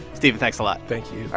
stephen, thanks a lot thank you